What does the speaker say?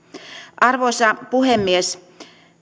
arvoisa puhemies